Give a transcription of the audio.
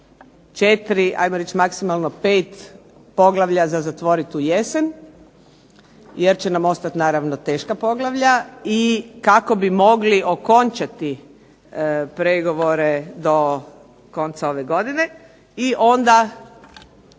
od 4 'ajmo reći maksimalno 5 poglavlja za zatvoriti u jesen, jer će nam ostati naravno teška poglavlja. I kako bi mogli okončati pregovore do konca ove godine i onda